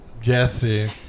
Jesse